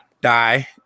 die